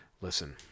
listen